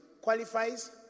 qualifies